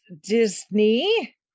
Disney